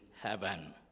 heaven